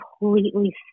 completely